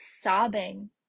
sobbing